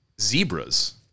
zebras